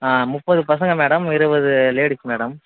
ஆ முப்பது பசங்க மேடம் இருபது லேடிஸ் மேடம்